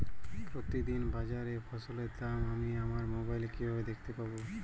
প্রতিদিন বাজারে ফসলের দাম আমি আমার মোবাইলে কিভাবে দেখতে পাব?